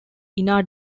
ina